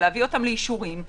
להביא לאישורים,